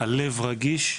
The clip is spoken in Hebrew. על לב רגיש.